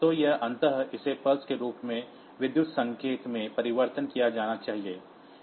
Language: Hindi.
तो यह अंततः इसे पल्स के रूप में विद्युत संकेत में परिवर्तित किया जाना चाहिए